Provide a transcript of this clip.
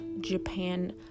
Japan